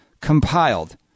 compiled